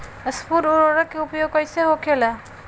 स्फुर उर्वरक के उपयोग कईसे होखेला?